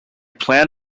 planned